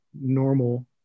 normal